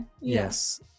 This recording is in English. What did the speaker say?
Yes